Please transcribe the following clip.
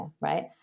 right